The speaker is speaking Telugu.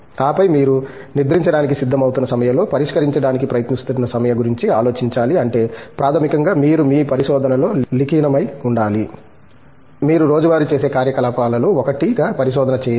ఆపై మీరు నిద్రించడానికి సిద్దమవుతున్న సమయంలో పరిష్కరించడానికి ప్రయత్నిస్తున్న సమస్య గురించి ఆలోచించాలి అంటే ప్రాథమికంగా మీరు మీ పరిశోధనలో లికినమై ఉండాలి మీరు రోజువారీ చేసే కార్యకలాపాలలో ఒకటిగా పరిశోధన చేయరు